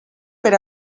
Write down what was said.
per